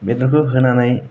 बेदरखौ होनानै